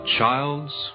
Child's